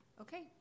Okay